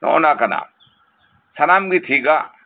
ᱱᱚᱜᱼᱚᱭ ᱱᱚᱝᱱᱟ ᱠᱟᱱᱟ ᱥᱟᱱᱟᱢ ᱜᱮ ᱴᱷᱤᱠᱟᱹ